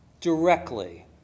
directly